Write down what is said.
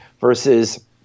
Versus